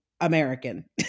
American